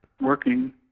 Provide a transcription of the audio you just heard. working